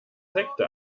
sekte